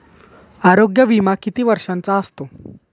आरोग्य विमा किती वर्षांचा असतो?